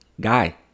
Guy